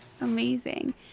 Amazing